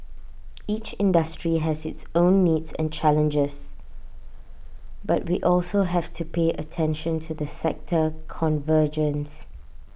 each industry has its own needs and challenges but we also have to pay attention to the sector convergence